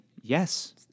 Yes